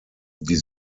die